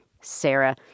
Sarah